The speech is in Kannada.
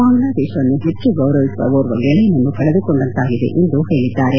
ಬಾಂಗ್ಲಾದೇಶವನ್ನು ಹೆಚ್ಚು ಗೌರವಿಸುವ ಓರ್ವ ಗೆಳೆಯನನ್ನು ಕಳೆದುಕೊಂಡಂತಾಗಿದೆ ಎಂದು ಹೇಳಿದ್ದಾರೆ